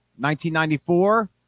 1994